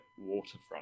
waterfront